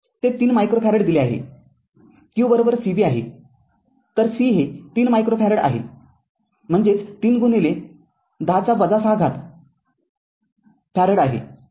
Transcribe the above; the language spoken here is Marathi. ते ३ मायक्रो फॅरड दिले आहे q cv आहे तर c हे ३ मायक्रो फॅरड आहे म्हणजेच ३१० to the power ६ फॅरड आहे